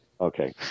Okay